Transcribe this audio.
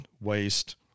waste